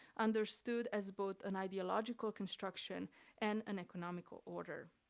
understood as both an ideological construction and an economical order.